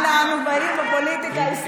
אנה אנו באים בפוליטיקה הישראלית?